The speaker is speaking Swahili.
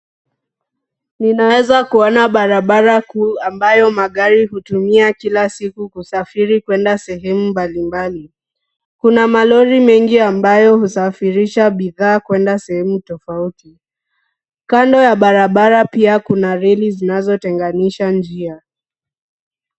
Ninaweza kuona barabara kuu ambayo magari hutumia kila siku kusafiri kwenda sehemu mbalimbali. Kuna malori mengi ambayo husafirisha bidhaa kwenda sehemu tofauti. Kando ya barabara pia kuna reli zinazotenganisha njia.